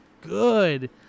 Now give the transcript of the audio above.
good